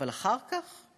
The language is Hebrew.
אבל אחר כך,